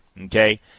Okay